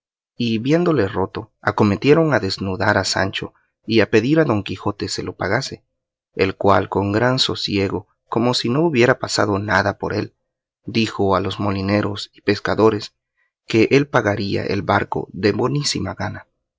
y viéndole roto acometieron a desnudar a sancho y a pedir a don quijote se lo pagase el cual con gran sosiego como si no hubiera pasado nada por él dijo a los molineros y pescadores que él pagaría el barco de bonísima gana